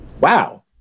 Wow